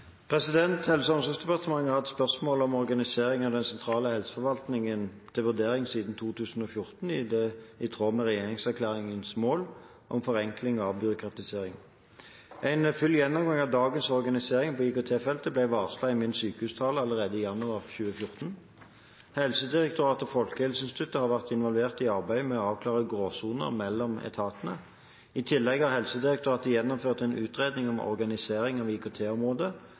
Helse- og omsorgsdepartementet har hatt spørsmålet om organisering av den sentrale helseforvaltningen til vurdering siden 2014 i tråd med regjeringserklæringens mål om forenkling og avbyråkratisering. En full gjennomgang av dagens organisering på IKT-feltet ble varslet i min sykehustale allerede i januar 2014. Helsedirektoratet og Folkehelseinstituttet har vært involvert i arbeidet med å avklare gråsoner mellom de to etatene. I tillegg har Helsedirektoratet gjennomført en utredning om organisering av